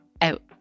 out